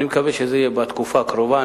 אני מקווה שזה יהיה בתקופה הקרובה.